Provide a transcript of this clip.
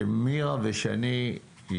שמירה ושני,